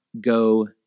go